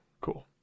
cool